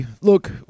look